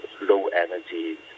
low-energy